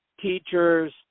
teachers